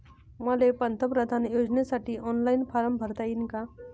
मले पंतप्रधान योजनेसाठी ऑनलाईन फारम भरता येईन का?